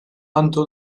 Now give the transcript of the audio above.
għandu